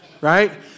right